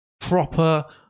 proper